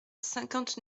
cinquante